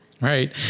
Right